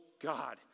God